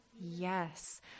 yes